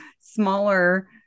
smaller